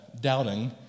doubting